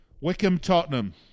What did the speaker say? Wickham-Tottenham